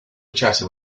chatting